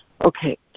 Okay